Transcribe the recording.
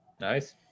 Nice